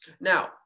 Now